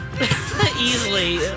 easily